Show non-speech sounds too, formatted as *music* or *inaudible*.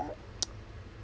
*noise*